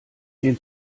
den